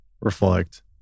reflect